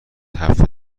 هفته